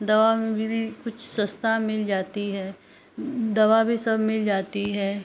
दवा भी कुछ सस्ता मिल जाती है दवा भी सब मिल जाती है